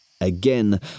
Again